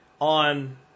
on